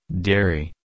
Dairy